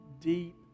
deep